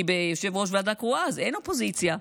כי ליושב-ראש ועדה קרואה אין אופוזיציה,